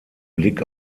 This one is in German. blick